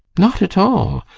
not at all!